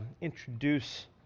introduce